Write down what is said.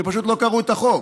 שפשוט לא קראו את החוק.